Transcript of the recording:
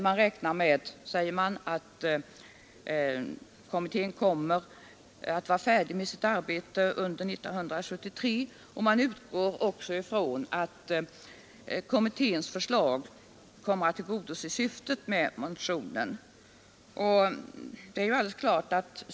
Man räknar med, säger man, att kommittén kommer att vara färdig med sitt arbete 1973, och man utgår också ifrån att kommitténs förslag kommer att tillgodose syftet med motionen.